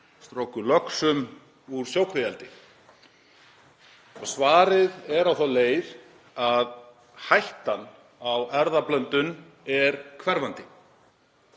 strokulöxum úr sjókvíaeldi. Svarið er á þá leið að hættan á erfðablöndun er hverfandi.